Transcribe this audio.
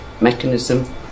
mechanism